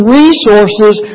resources